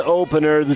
opener